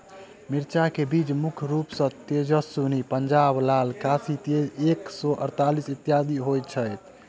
मिर्चा केँ बीज मुख्य रूप सँ तेजस्वनी, पंजाब लाल, काशी तेज एक सै अड़तालीस, इत्यादि होए छैथ?